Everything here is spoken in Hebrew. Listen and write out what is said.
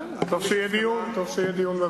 טוב שיהיה דיון בוועדה.